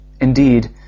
Indeed